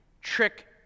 trick